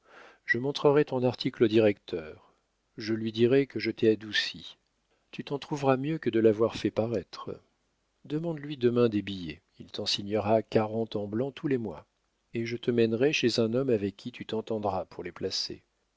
je montrerai ton article au directeur je lui dirai que je t'ai adouci tu t'en trouveras mieux que de l'avoir fait paraître demande-lui demain des billets il t'en signera quarante en blanc tous les mois et je te mènerai chez un homme avec qui tu t'entendras pour les placer